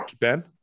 Ben